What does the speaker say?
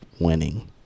winning